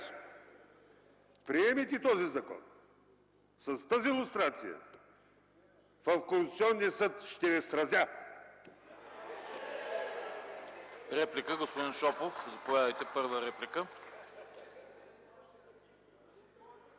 приемете този закон с тази лустрация, в Конституционния съд ще ви сразя!